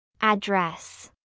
Address